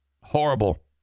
Horrible